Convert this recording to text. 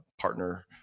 partner